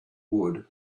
would